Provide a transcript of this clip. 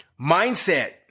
Mindset